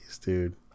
dude